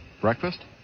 breakfast